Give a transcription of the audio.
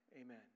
Amen